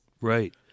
Right